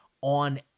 on